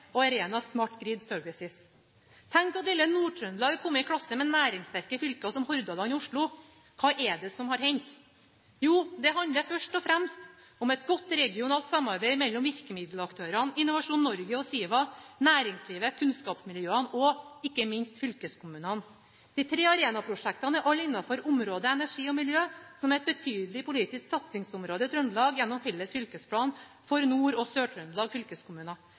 og Arena Smart Grid Services. Tenk at lille Nord-Trøndelag er kommet i klasse med næringssterke fylker som Hordaland og Oslo! Hva det er som har hendt? Jo, det handler først og fremst om et godt regionalt samarbeid mellom virkemiddelaktørene, Innovasjon Norge og SIVA, næringslivet, kunnskapsmiljøene og ikke minst fylkeskommunene. De tre Arena-prosjektene er alle innenfor området energi og miljø, som er et betydelig politisk satsingsområde i Trøndelag gjennom felles fylkesplan for Nord- og Sør-Trøndelag fylkeskommuner.